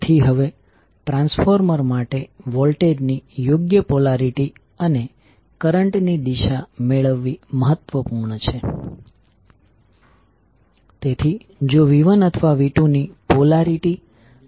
તેથી હવે આપણે કહી શકીએ કે મ્યુચ્યુઅલ વોલ્ટેજની પોલેરિટી કેવી રીતે નક્કી કરવી તે આપણે જાણીએ છીએ